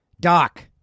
Doc